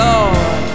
Lord